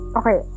okay